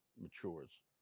matures